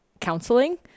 counseling